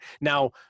Now